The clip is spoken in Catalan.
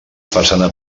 façana